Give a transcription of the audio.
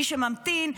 מי שממתין,